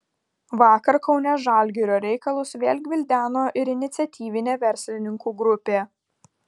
vakar kaune žalgirio reikalus vėl gvildeno ir iniciatyvinė verslininkų grupė